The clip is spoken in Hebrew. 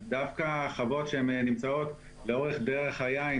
דווקא חוות שנמצאות לאורך דרך היין,